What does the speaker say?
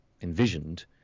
envisioned